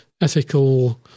ethical